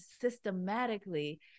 systematically